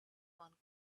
one